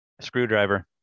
Screwdriver